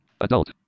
Adult